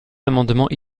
amendements